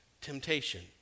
temptation